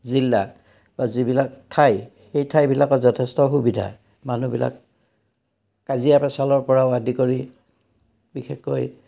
জিলা বা যিবিলাক ঠাই সেই ঠাইবিলাকত যথেষ্ট সুবিধা মানুহবিলাক কাজিয়া পেচালৰপৰাও আদি কৰি বিশেষকৈ